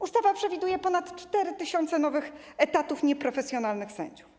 Ustawa przewiduje ponad 4 tys. nowych etatów nieprofesjonalnych sędziów.